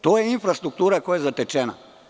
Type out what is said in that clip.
To je infrastruktura koja je zatečena.